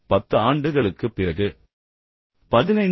10 ஆண்டுகளுக்கு பிறகு நீங்கள் என்ன செய்யப் போகிறீர்கள்